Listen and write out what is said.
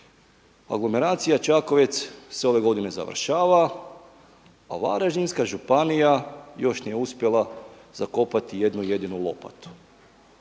Anglomeracija Čakovec se ove godine završava, a Varaždinska županija još nije uspjela zakopati jednu jedinu lopatu.